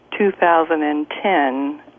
2010